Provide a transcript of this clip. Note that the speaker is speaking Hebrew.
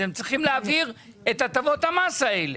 אתם צריכים להעביר את הטבות המס האלה.